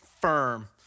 firm